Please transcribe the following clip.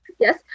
Yes